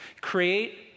Create